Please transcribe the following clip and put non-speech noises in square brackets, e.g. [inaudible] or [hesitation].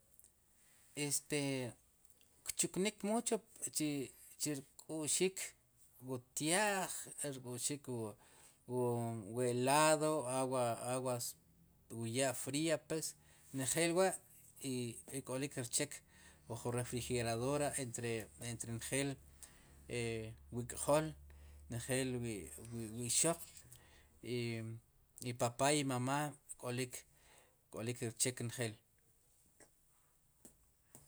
Este kchuknik mucho chi chi, rk'u'xik wu tya'j ek'u'xik wu eladas aguas wu ya' fria pues njel wa' [hesitation] ik'olik rchek wu jun refrigeradora entre njeel [hesitation] wu ik'jool njel wi ixoq [hesitation] papá i mamá k'olik, k'olik rchek njel.